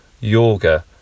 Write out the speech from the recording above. yoga